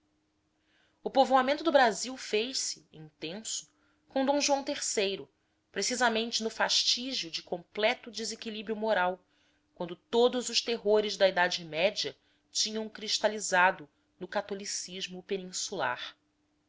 o povoamento do brasil fez-se intenso com d joão iii precisamente no fastígio de completo desequilíbrio moral quando todos os terrores da idade média tinham cristalizado no catolicismo peninsular